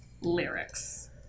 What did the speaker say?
lyrics